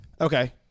Okay